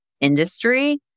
industry